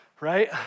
right